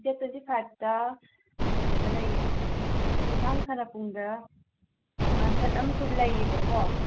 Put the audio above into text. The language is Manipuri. ꯗꯦꯗ ꯇ꯭ꯋꯦꯟꯇꯤ ꯐꯥꯏꯕꯇ ꯀꯩꯅꯣꯗ ꯂꯩꯌꯦ ꯆꯨꯝꯊꯥꯡ ꯁꯥꯟꯅꯄꯨꯡꯗ ꯀꯟꯁꯠ ꯑꯃꯁꯨ ꯂꯩꯌꯦꯕꯀꯣ